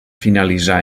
finalitzà